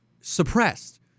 suppressed